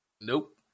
Nope